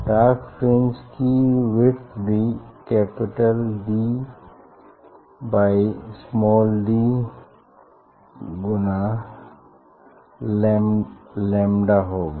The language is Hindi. डार्क फ्रिंज की विड्थ भी capital D by small D गुना लैम्डा होगी